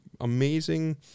amazing